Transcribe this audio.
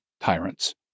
Tyrants